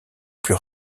plus